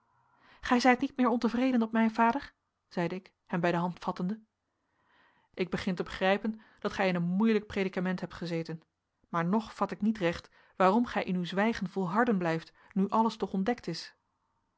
gij zijt niet meer ontevreden op mij vader zeide ik hem bij de hand vattende ik begin te begrijpen dat gij in een moeielijk praedicament hebt gezeten maar nog vat ik niet recht waarom gij in uw zwijgen volharden blijft nu alles toch ontdekt is